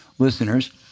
listeners